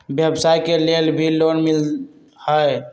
व्यवसाय के लेल भी लोन मिलहई?